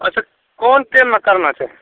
अच्छा कोन टाइममे करना चाही